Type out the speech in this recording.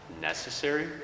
necessary